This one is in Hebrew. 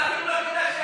יטיף לי מוסר.